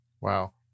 Wow